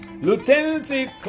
Lieutenant